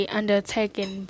undertaken